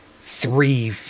three